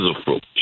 approach